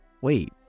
Wait